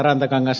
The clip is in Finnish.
rantakangas